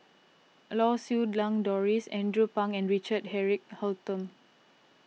Lau Siew Lang Doris Andrew Phang and Richard Eric Holttum